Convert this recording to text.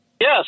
Yes